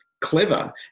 clever